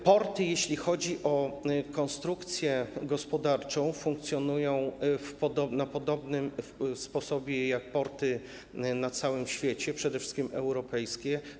Porty, jeśli chodzi o konstrukcję gospodarczą, funkcjonują w podobny sposób jak porty na całym świecie, przede wszystkim europejskie.